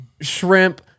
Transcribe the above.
shrimp